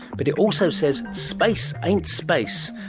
but it also says space ain't space,